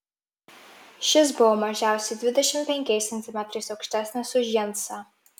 šis buvo mažiausiai dvidešimt penkiais centimetrais aukštesnis už jensą